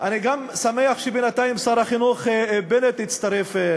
אני גם שמח שבינתיים שר החינוך בנט הצטרף.